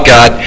God